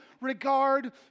regard